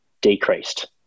decreased